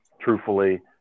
truthfully